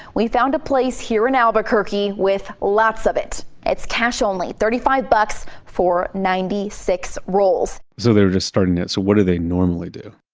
we found a place here in albuquerque with lots of it it's cash only. thirty five bucks for ninety six roles. so they were just starting this. what do they normally do?